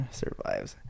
survives